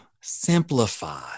simplify